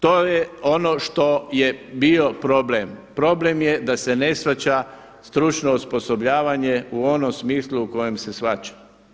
To je ono što je bio problem, problem je da se ne shvaća stručno osposobljavanje u onom smislu u kojem se shvaća.